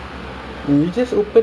I don't know macam cool